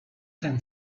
time